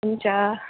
हुन्छ